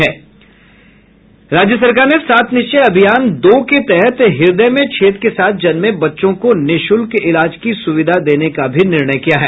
राज्य सरकार ने सात निश्चय अभियान दो के तहत हृदय में छेद के साथ जन्मे बच्चों को निःशुल्क इलाज की सुविधा देने का निर्णय किया है